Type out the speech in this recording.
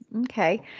Okay